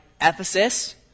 Ephesus